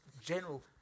General